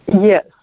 Yes